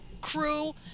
crew